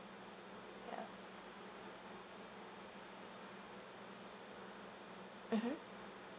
ya mmhmm